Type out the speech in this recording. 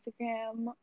Instagram